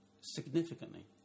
significantly